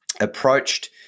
approached